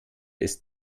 ist